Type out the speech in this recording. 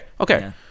okay